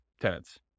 tenants